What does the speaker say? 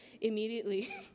immediately